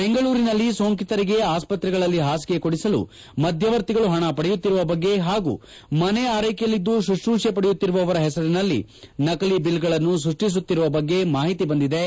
ಬೆಂಗಳೂರಿನಲ್ಲಿ ಸೋಂಕಿತರಿಗೆ ಆಸ್ಪತ್ರೆಗಳಲ್ಲಿ ಹಾಸಿಗೆ ಕೊಡಿಸಲು ಮಧ್ಯವರ್ತಿಗಳು ಪಣ ಪಡೆಯುತ್ತಿರುವ ಬಗ್ಗೆ ಹಾಗೂ ಮನೆ ಆರೈಕೆಯಲ್ಲಿದ್ದು ಶುಶ್ರೂಷೆ ಪಡೆಯುತ್ತಿರುವವರ ಹೆಸರಿನಲ್ಲಿ ನಕಲಿ ಬಿಲ್ಗಳನ್ನು ಸೃಷ್ಠಿಸುತ್ತಿರುವ ಬಗ್ಗೆ ಮಾಹಿತಿ ಬಂದಿದ್ದು